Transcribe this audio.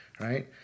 right